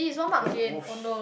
oh oh sh~